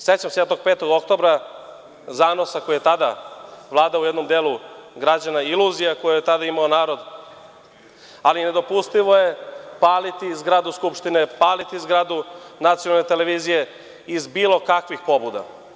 Sećam se tog 5. oktobra, zanosa koji je tada vladao u jednom delu građana, iluzije koje je tada imao narod, ali nedopustivo je paliti zgradu Skupštine, paliti zgradu nacionalne televizije iz bilo kakvih pobuna.